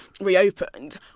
reopened